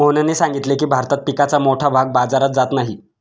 मोहनने सांगितले की, भारतात पिकाचा मोठा भाग बाजारात जात नाही